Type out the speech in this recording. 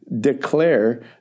declare